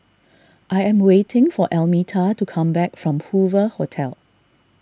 I am waiting for Almeta to come back from Hoover Hotel